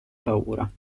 paura